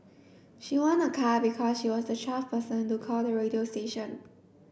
she won a car because she was the twelfth person to call the radio station